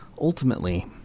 ultimately